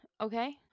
okay